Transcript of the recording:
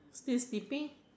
this depict